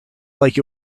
like